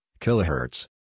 Kilohertz